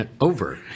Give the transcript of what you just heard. over